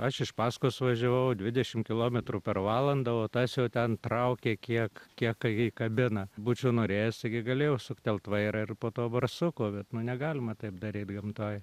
aš iš paskos važiavau dvidešim kilometrų per valandą o tas jau ten traukė kiek kiek įkabina būčiau norėjęs taigi galėjau suktelt vairą ir po to barsuko bet nu negalima taip daryt gamtoj